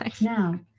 Now